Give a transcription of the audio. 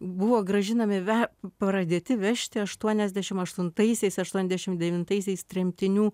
buvo grąžinami ve pradėti vežti aštuoniasdešim aštuntaisiais aštuoniasdešim devintaisiais tremtinių